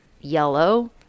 yellow